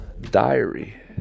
diary